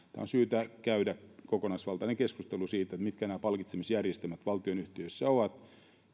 on syytä käydä kokonaisvaltainen keskustelu siitä mitkä nämä palkitsemisjärjestelmät valtionyhtiöissä ovat